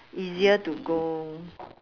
easier to go